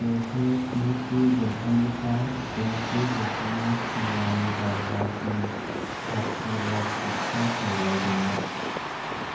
बेखौ स्निथि जौथाइनिफ्राय जिद'थि जौथाइनि खनवानि दावहासिम सिकारपुर राजपुतफ्रा सामलायदोंमोन